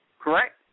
Correct